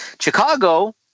Chicago